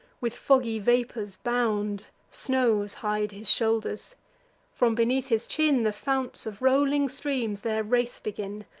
with foggy vapors bound. snows hide his shoulders from beneath his chin the founts of rolling streams their race begin